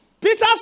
Peter